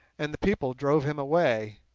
and the people drove him away,